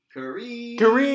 Kareem